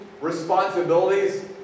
responsibilities